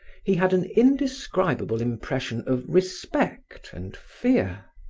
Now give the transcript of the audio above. he had an indescribable impression of respect and fear.